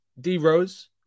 D-Rose